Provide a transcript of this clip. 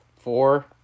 four